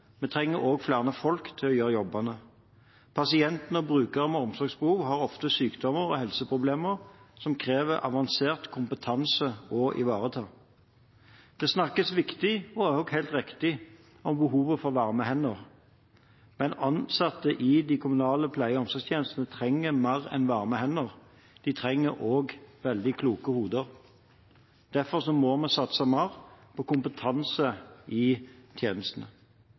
vi trenger også flere folk til å gjøre jobbene. Pasienter og brukere med omsorgsbehov har ofte sykdommer og helseproblemer som krever avansert kompetanse å ivareta. Det snakkes viktig og også helt riktig om behovet for varme hender. Men ansatte i de kommunale pleie- og omsorgstjenestene trenger å ha mer enn varme hender. De trenger også å ha veldig kloke hoder. Derfor satser vi mer på kompetanse i tjenestene.